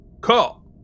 call